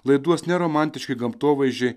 laiduos ne romantiški gamtovaizdžiai